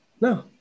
No